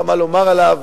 גם לך היה מה לומר עליו.